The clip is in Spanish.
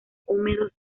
húmedos